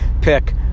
pick